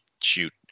shoot